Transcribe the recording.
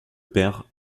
père